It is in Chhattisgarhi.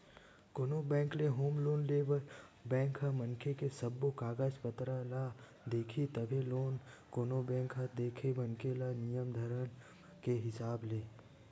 कोनो बेंक ले होम लोन ले म बेंक ह मनखे के सब्बो कागज पतर ल देखही तभे लोन कोनो बेंक ह देथे मनखे ल नियम धरम के हिसाब ले